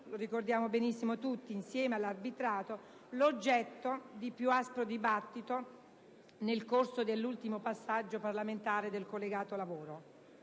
(lo ricordiamo benissimo tutti), insieme all'arbitrato, l'oggetto di più aspro dibattito nel corso dell'ultimo passaggio parlamentare del «collegato lavoro».